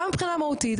גם מבחינה מהותית,